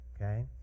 Okay